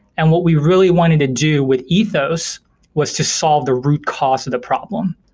and what we really wanted to do with ethos was to solve the root cause of the problem,